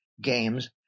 games